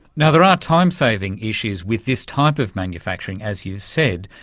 and there are timesaving issues with this type of manufacturing, as you've said.